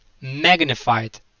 magnified